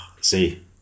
see